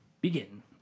Begin